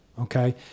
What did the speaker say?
Okay